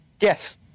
Yes